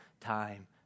time